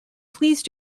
please